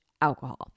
Alcohol